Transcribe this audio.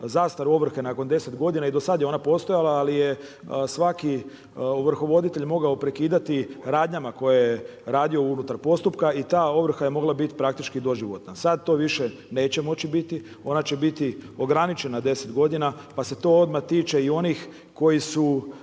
zastaru ovrhe nakon 10 godina i do sada je ona postojala ali je svaki ovrhovoditelj mogao prekidati radnjama koje je radio unutar postupka i ta ovrha je mogla biti praktički doživotna. Sada to više neće moći biti, ona će biti ograničena 10 godina pa se to odmah tiče i onih koji su